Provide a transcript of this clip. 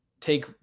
take